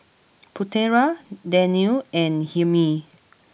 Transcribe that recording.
Putera Daniel and Hilmi